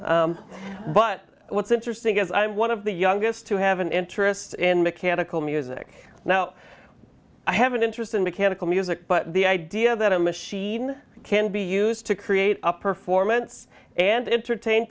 but what's interesting is i'm one of the youngest to have an interest in mechanical music now i have an interest in mechanical music but the idea that a machine can be used to create a performance and